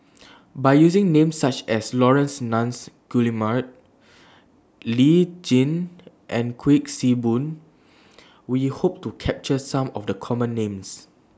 By using Names such as Laurence Nunns Guillemard Lee Tjin and Kuik Swee Boon We Hope to capture Some of The Common Names